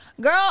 girl